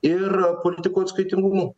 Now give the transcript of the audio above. ir politikų atskaitingumu